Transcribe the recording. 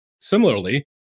Similarly